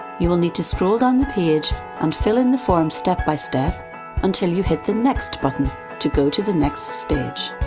you will need to scroll down the page and fill in the form step by step until you hit the next button to go to the next stage.